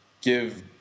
give